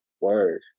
Word